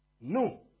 No